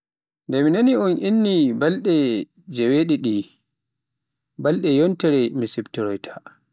Nde mi nanii on innii balɗe joweeɗiɗi, balɗe yontere mi siftoroyta.